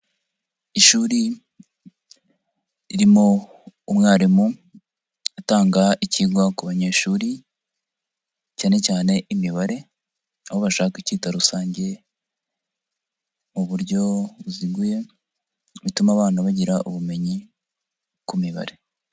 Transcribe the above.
Ishuri ririmo umwarimu, atanga ikigwa ku banyeshuri, cyane cyane imibare, aho bashaka icyita rusange mu buryo buziguye, bituma abana bagira ubumenyi ku mibare.